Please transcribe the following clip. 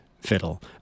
fiddle